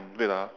wait ah